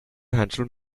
handle